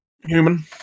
human